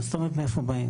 באים